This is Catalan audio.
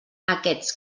aquests